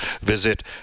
visit